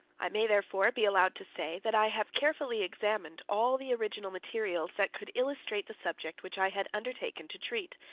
i may therefore be allowed to say, that i have carefully examined all the original materials that could illustrate the subject which i had undertaken to treat.